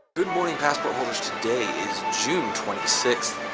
good morning passport holders, today is june twenty sixth,